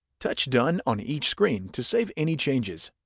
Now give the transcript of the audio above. touch done on each screen to save any changes.